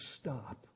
stop